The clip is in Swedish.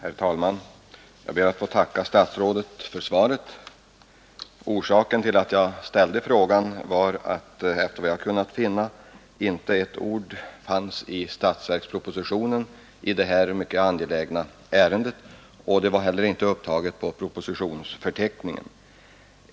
Herr talman! Jag ber att få tacka statsrådet för svaret. Orsaken till att jag ställde frågan var att — efter vad jag kunnat finna — inte ett ord nämndes i statsverkspropositionen om det här mycket angelägna ärendet, och det var heller inte upptaget på propositionsförteckningen.